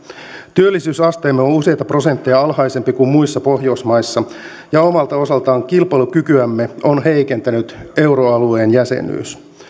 työllisyysasteemme on useita prosentteja alhaisempi kuin muissa pohjoismaissa ja omalta osaltaan kilpailukykyämme on heikentänyt euroalueen jäsenyys